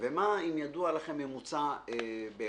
ומה אם ידוע לכם ממוצע באירופה.